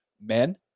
men